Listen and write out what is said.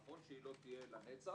נכון שהיא לא תהיה לנצח,